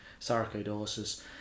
sarcoidosis